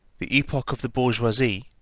the epoch of the bourgeoisie,